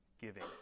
giving